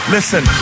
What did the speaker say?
Listen